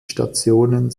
stationen